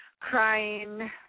crying